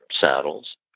saddles